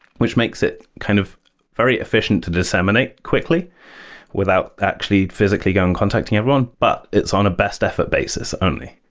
which makes it kind of very efficient to disseminate quickly without actually physically go and contacting everyone. but it's one a best effort basis only.